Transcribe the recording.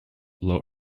low